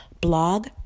blog